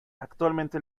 actualmente